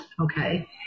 okay